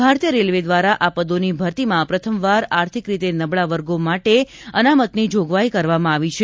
ભારતીય રેલવે દ્વારા આ પદોની ભરતીમાં પ્રથમવાર આર્થિક રીતે નબળા વર્ગો માટે અનામતની જોગવાઈ કરવામાં આવી છે